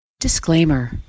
Disclaimer